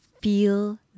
feel